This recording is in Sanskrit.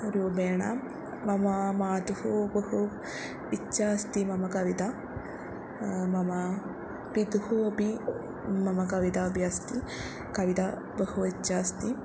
रूपेण मम मातुः बहु इच्छा अस्ति मम कविता मम पितुः अपि मम कविता अपि अस्ति कविता बहु इच्छा अस्ति